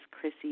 Chrissy